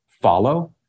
follow